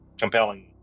compelling